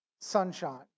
sunshine